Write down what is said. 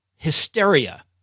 hysteria